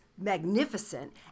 magnificent